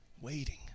waiting